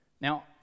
Now